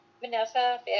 vanessa